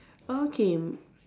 okay